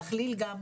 להכליל גם,